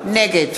נגד